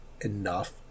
enough